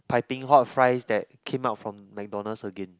piping hot fries that came out from McDonald's again